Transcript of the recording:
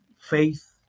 faith